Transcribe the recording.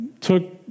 took